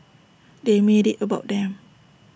they made IT about them